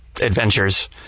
adventures